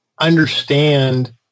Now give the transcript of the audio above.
understand